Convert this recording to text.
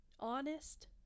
Honest